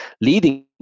leading